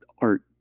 art